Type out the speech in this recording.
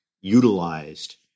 utilized